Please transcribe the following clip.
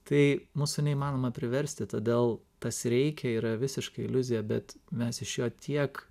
tai mūsų neįmanoma priversti todėl tas reikia yra visiška iliuzija bet mes iš jo tiek